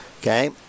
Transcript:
Okay